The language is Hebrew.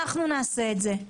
אנחנו נעשה את זה.